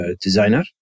designer